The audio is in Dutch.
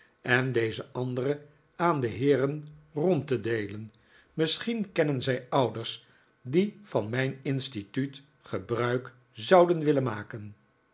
en deze andere aan de heeren rond te deelen misschien kennen zij ouders die van mijn instituut ge bruik zouden willen maken